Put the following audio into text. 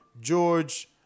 George